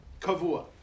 kavua